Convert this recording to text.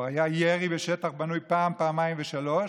היה ירי בשטח בנוי פעם, פעמיים ושלוש,